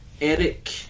Eric